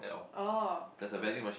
oh so that